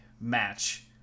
match